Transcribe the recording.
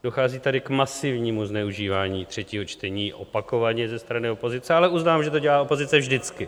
Dochází tady k masivnímu zneužívání třetího čtení opakovaně ze strany opozice, ale uznávám, že to dělá opozice vždycky.